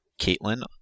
Caitlin